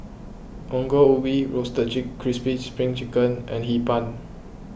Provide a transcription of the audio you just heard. Ongol Ubi Roasted Crispy Spring Chicken and Hee Pan